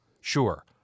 Sure